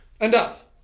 Enough